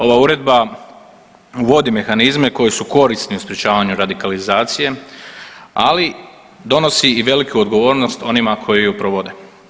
Ova uredba uvodi mehanizme koji su korisni u sprječavanju radikalizacije, ali donosi i veliku odgovornost onima koju ju provode.